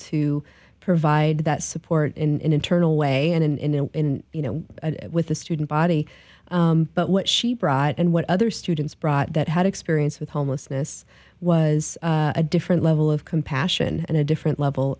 to provide that support and internal way and in you know with the student body but what she bride and what other students brought that had experience with homelessness was a different level of compassion and a different level